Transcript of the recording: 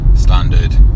standard